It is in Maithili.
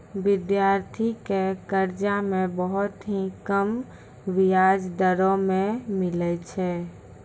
विद्यार्थी के कर्जा मे बहुत ही कम बियाज दरों मे मिलै छै